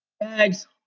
Bags